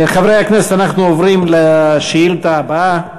חברי הכנסת, אנחנו עוברים לשאילתה הבאה,